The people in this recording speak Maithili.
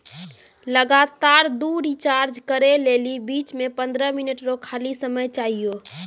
लगातार दु रिचार्ज करै लेली बीच मे पंद्रह मिनट रो खाली समय चाहियो